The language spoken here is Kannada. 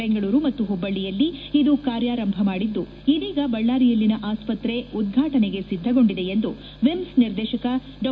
ಬೆಂಗಳೂರು ಮತ್ತು ಹುಬ್ಬಳ್ಳಿಯಲ್ಲಿ ಇದು ಕಾರ್ಯಾರಂಭ ಮಾಡಿದ್ದು ಇದೀಗ ಬಳ್ಳಾರಿಯಲ್ಲಿನ ಆಸ್ತತ್ರೆ ಉದ್ರಾಟನೆಗೆ ಸಿದ್ದಗೊಂಡಿದೆ ಎಂದು ವಿಮ್ಸ್ ನಿರ್ದೇಶಕ ಡಾ